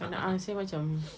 tak nak ah swing macam